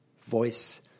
voice